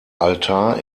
altar